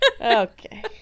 Okay